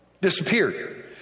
disappeared